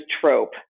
trope